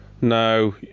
no